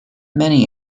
many